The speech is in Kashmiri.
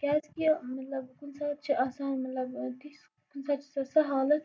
کیازِ کہِ مطلب کُنہِ ساتہٕ چھُ آسان مطلب تِژھ کُنہِ ساتہٕ چھِ آسان سۄ حالت